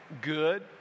good